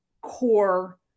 core